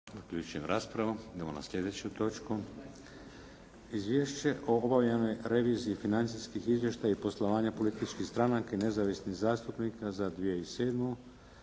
Vladimir (HDZ)** Idemo na sljedeću točku: - Izvješće o obavljenoj reviziji financijskih izvještaja i poslovanja političkih stranaka i nezavisnih zastupnika za 2007.